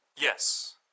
Yes